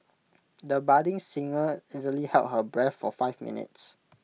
the budding singer easily held her breath for five minutes